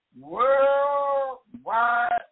Worldwide